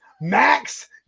Max